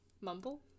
mumble